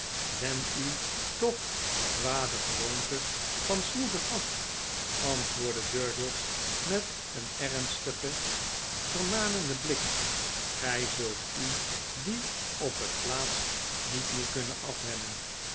wen u toch de kwade gewoonte van snoeven af antwoordde durdels met een ernstigen vermanenden blik g zult u die op het laatst niet meer kunnen afwennen